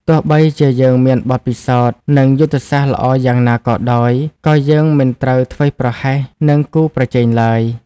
ទោះបីជាយើងមានបទពិសោធន៍ និងយុទ្ធសាស្ត្រល្អយ៉ាងណាក៏ដោយ ក៏យើងមិនត្រូវធ្វេសប្រហែសនឹងគូប្រជែងឡើយ។